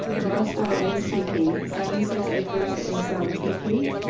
most of it is tp seventy six acres is zoned tp.